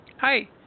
Hi